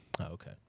okay